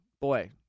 boy